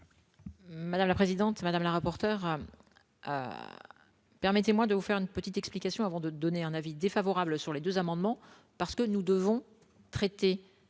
Madame la présidente, madame la rapporteure, permettez-moi de vous faire une petite explication avant de donner un avis défavorable sur les deux amendements parce que nous devons. Traiter